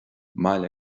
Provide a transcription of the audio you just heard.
mbaile